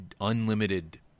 unlimited